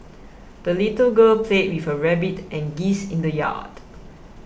the little girl played with her rabbit and geese in the yard